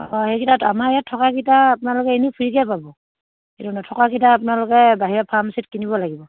অঁ সেইকেইটা আমাৰ ইয়াত থকাকেইটা আপোনালোকে এনেও ফ্ৰীকে পাব কিন্তু নথকাকেইটা আপোনালোকে বাহিৰৰ ফাৰ্মাছীত কিনিব লাগিব